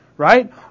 right